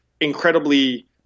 incredibly